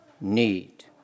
need